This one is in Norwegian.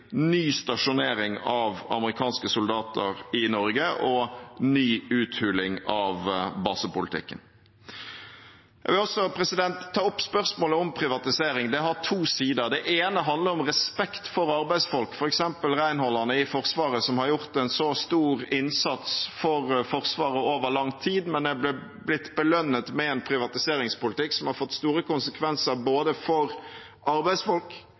ny stasjonering av amerikanske soldater i Norge og ny uthuling av basepolitikken. Jeg vil også ta opp spørsmålet om privatisering. Det har to sider. Den ene handler om respekt for arbeidsfolk, f.eks. renholderne i Forsvaret, som har gjort en så stor innsats for Forsvaret over lang tid, men er blitt belønnet med en privatiseringspolitikk som har fått store konsekvenser, både for arbeidsfolk